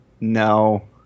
no